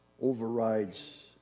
overrides